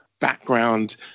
background